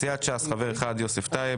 סיעת ש"ס חבר אחד: יוסף טייב.